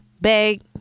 bag